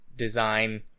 design